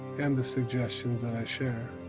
and the suggestions that i share.